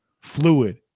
Fluid